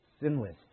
sinless